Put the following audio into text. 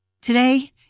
Today